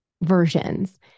versions